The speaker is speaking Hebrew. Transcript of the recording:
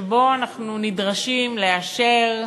שבו אנחנו נדרשים לאשר,